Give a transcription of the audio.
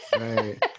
Right